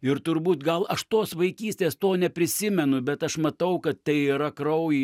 ir turbūt gal aš tos vaikystės to neprisimenu bet aš matau kad tai yra kraujy